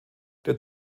der